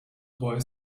boy